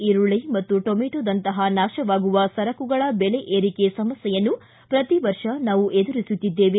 ಈರುಳ್ಳಿ ಮತ್ತು ಟಮೆಟೋದಂತಹ ಮೂರು ಮುಖ್ಯ ನಾಶವಾಗುವ ಸರಕುಗಳ ದೆಲೆ ಏರಿಕೆ ಸಮಸ್ಥೆಯನ್ನು ಪ್ರತಿ ವರ್ಷ ನಾವು ಎದುರಿಸುತ್ತಿದ್ದೇವೆ